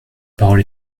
parole